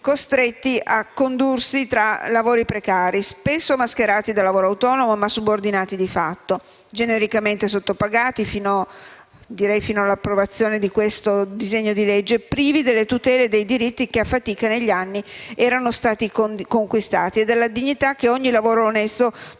costretti a barcamenarsi con lavori precari, spesso mascherati da lavoro autonomo ma subordinati di fatto, genericamente sottopagati, almeno fino all'approvazione di questo disegno di legge, e privi delle tutele e dei diritti che, a fatica, negli anni erano stati conquistati e della dignità che ogni lavoro onesto dovrebbe